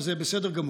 וזה בסדר גמור.